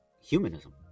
humanism